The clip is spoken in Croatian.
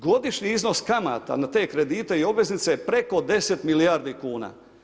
Godišnji iznos kamata na te kredite i obveznice je preko 10 milijardi kuna.